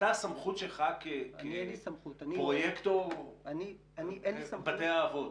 הסמכות שלך כפרויקט בתי האבות,